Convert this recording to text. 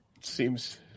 Seems